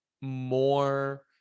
more